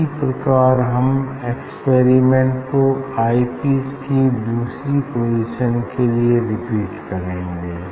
इसी प्रकार हम इस एक्सपेरिमेंट को आइ पीस की दूसरी पोजीशन के लिए रिपीट करेंगे